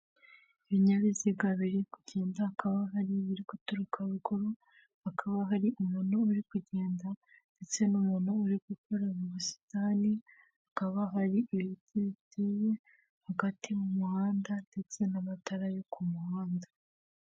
Ibinyabiziga biri kugenda hakaba hari ibiri guturuka ruguru, hakaba hari umuntu uri kugenda ndetse n'umuntu uri gukora mu busitani, hakaba hari ibiti ibiteye hagati mu muhanda ndetse n'amatara yo ku muhanda.